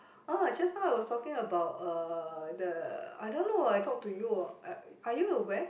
ah just now I was talking about uh the I don't know I talk to you uh are you aware